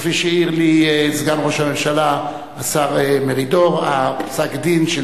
כפי שהעיר לי סגן ראש הממשלה השר מרידור: פסק-הדין של